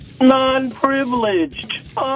Non-privileged